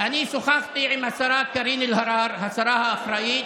אני שוחחתי עם השרה קארין אלהרר, השרה האחראית,